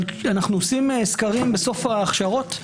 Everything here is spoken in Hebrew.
אבל אנו עושים סקרים בסוף ההכשרות.